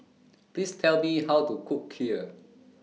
Please Tell Me How to Cook Kheer